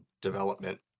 development